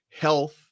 health